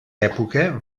època